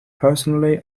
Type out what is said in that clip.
personally